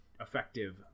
effective